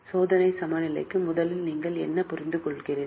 சோதனை சமநிலையால் முதலில் நீங்கள் என்ன புரிந்துகொள்கிறீர்கள்